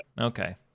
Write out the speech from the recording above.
Okay